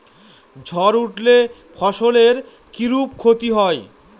ঝড় উঠলে ফসলের কিরূপ ক্ষতি হয়?